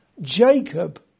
Jacob